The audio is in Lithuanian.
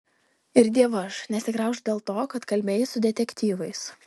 ir dievaž nesigraužk dėl to kad kalbėjai su detektyvais